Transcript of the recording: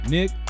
Nick